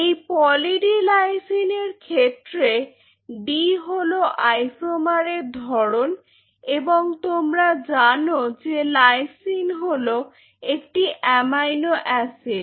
এই poly D lysine এর ক্ষেত্রে ডি হল আইসোমারের ধরন এবং তোমরা জানো যে লাইসিন হল একটি অ্যামাইনো অ্যাসিড